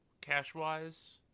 cash-wise